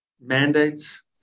mandates